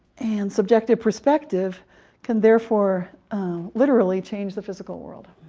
and subjective perspective can therefore literally change the physical world.